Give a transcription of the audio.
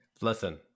listen